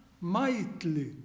mightily